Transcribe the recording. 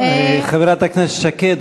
חברת הכנסת שקד,